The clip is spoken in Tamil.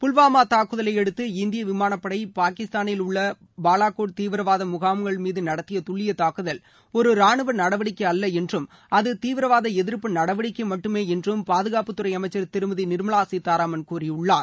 புல்வாமா தாக்குதலையடுத்து இந்திய விமானப்படை பாகிஸ்தானில் உள்ள பாலகோட் தீவிரவாத முகாம்கள் மீது நடத்திய துல்லிய தூக்குதல் ஒரு ராணுவ நடவடிக்கை அல்ல என்றும் அது தீவிரவாத எதிர்ப்பு நடவடிக்கை மட்டுமே என்றும் பாதுகாப்புத்துறை அமைச்சர் திருமதி நிர்மலா சீதாராமன் கூறியுள்ளார்